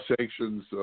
sanctions